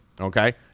Okay